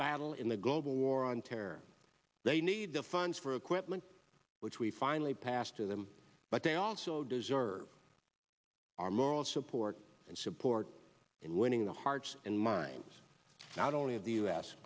battle in the global war on terror they need the funds for equipment which we finally pass to them but they also deserve our moral support and support in winning the hearts and minds not only of the u